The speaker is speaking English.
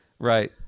Right